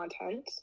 content